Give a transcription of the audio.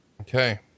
Okay